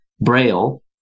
braille